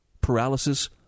paralysis